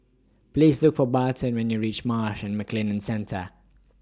Please Look For Barton when YOU REACH Marsh and McLennan Centre